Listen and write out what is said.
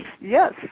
Yes